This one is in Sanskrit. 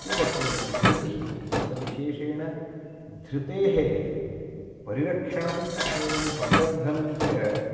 किं वक्तव्यं धृतिः तत्र विशेषेण धृतेः परिरक्षणम् एवं संवर्धनं च